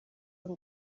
ngo